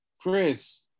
Chris